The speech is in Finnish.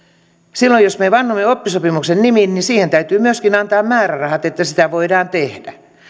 silloin jos me vannomme oppisopimuksen nimiin niin siihen täytyy myöskin antaa määrärahat että sitä voidaan tehdä